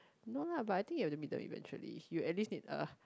no lah but I think you have to meet them eventually you at least need a